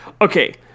Okay